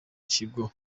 kigo